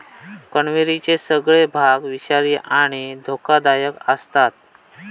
कण्हेरीचे सगळे भाग विषारी आणि धोकादायक आसतत